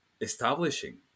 establishing